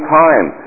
time